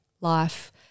life